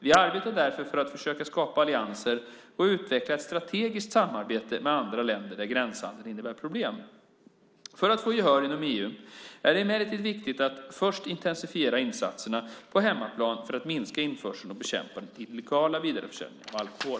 Vi arbetar därför på att försöka skapa allianser och utveckla ett strategiskt samarbete med andra länder där gränshandel innebär problem. För att få gehör inom EU är det emellertid viktigt att först intensifiera insatserna på hemmaplan för att minska införseln och bekämpa den illegala vidareförsäljningen av alkohol.